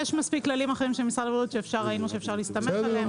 יש מספיק כללים אחרים של משרד הבריאות שראינו שאפשר להסתמך עליהם,